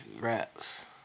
raps